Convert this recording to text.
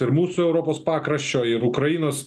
ir mūsų europos pakraščio ir ukrainos